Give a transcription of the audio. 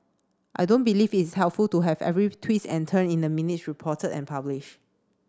I don't believe is helpful to have every twist and turn in the minutes reported and published